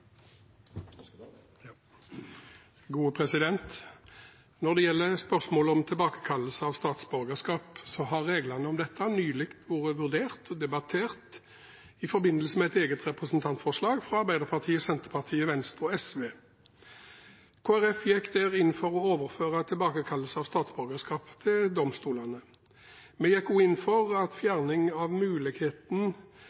Når det gjelder spørsmålet om tilbakekallelse av statsborgerskap, har reglene om dette nylig vært vurdert og debattert i forbindelse med et eget representantforslag fra Miljøpartiet De Grønne, Arbeiderpartiet, Senterpartiet, Venstre og SV. Kristelig Folkeparti gikk der inn for å overføre tilbakekallelse av statsborgerskap til domstolene. Vi gikk også inn for